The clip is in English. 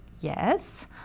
yes